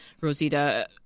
Rosita